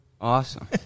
Awesome